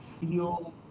feel